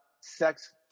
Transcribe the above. sex